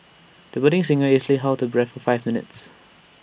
the budding singer easily held her breath for five minutes